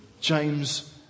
James